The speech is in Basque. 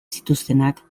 zituztenak